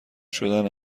شدن